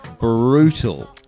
brutal